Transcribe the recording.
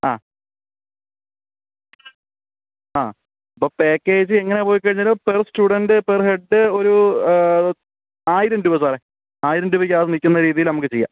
ആ ആ ഇപ്പം പാക്കേജ് എങ്ങനെ പോയിക്കഴിഞ്ഞാലും പെർ സ്റ്റുഡൻറ് പെർ ഹെഡ് ഒരു ആയിരം രൂപ സാറേ ആയിരം രൂപാക്കകത്തു നിൽക്കുന്ന രീതീൽ നമുക്ക് ചെയ്യാം